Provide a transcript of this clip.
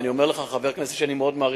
אני אומר לך כחבר כנסת שאני מאוד מעריך,